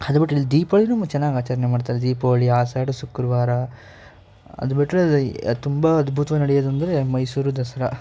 ಅದು ಬಿಟ್ಟರೆ ಇಲ್ಲಿ ದೀಪಾವಳಿಯೂ ಚೆನ್ನಾಗ್ ಆಚರಣೆ ಮಾಡ್ತಾರೆ ದೀಪಾವಳಿ ಆಷಾಢ ಶುಕ್ರವಾರ ಅದು ಬಿಟ್ಟರೆ ತುಂಬ ಅದ್ಭುತವಾಗಿ ನಡೆಯೋದು ಅಂದರೆ ಮೈಸೂರು ದಸರಾ